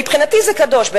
מבחינתי זה קדוש,